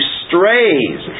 strays